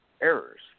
errors